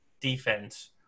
defense